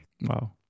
Wow